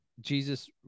Jesus